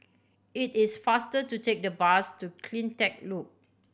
it is faster to take the bus to Cleantech Loop